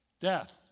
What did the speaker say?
Death